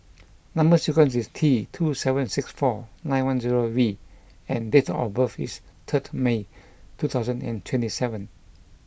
number sequence is T two seven six four nine one zero V and date of birth is third May two thousand and twenty seven